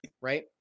right